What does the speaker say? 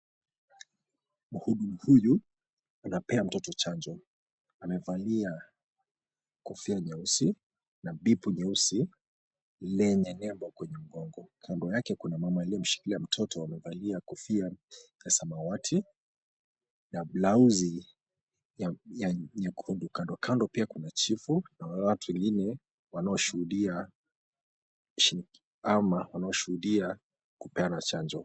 Huyu anapea mtoto chanjo, amevalia kofia nyeusi na nyeusi lenye nembo kwenye mgongo. Kando yake kuna mama aliyeshika mtoto amevalia kofia ya samawati na blauzi ya nyekundu. Kando pia kuna chifu na watu wengine wanaoshuhudia kupeana chanjo.